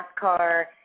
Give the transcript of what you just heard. NASCAR